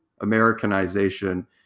Americanization